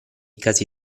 casi